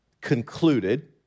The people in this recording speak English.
concluded